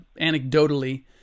anecdotally